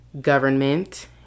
government